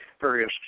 various